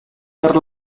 per